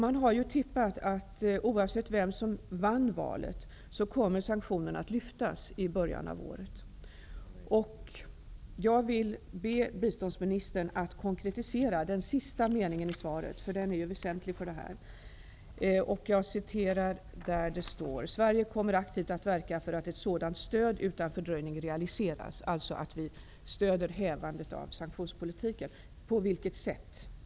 Man har tippat att oavsett vem som vinner valet, kommer sanktionerna att lyftas i början av året. Jag vill be biståndsministern att konkretisera den sista meningen i svaret. Den är väsentlig för detta. ''Sverige kommer aktivt att verka för att ett sådant stöd utan fördröjning realiseras.'' Det betyder alltså att vi stöder hävandet av sanktionspolitiken. På vilket sätt?